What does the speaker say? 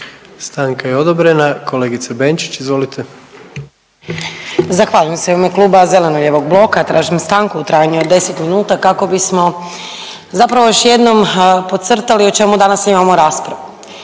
Stanka je odobrena. Kolegice Benčić, izvolite. **Benčić, Sandra (Možemo!)** Zahvaljujem se. U ime Kluba zastupnika zeleno-lijevog bloka tražim stanku u trajanju od 10 minuta kako bismo zapravo još jednom podcrtali o čemu danas imamo raspravu.